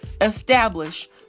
establish